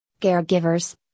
caregivers